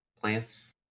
plants